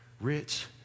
rich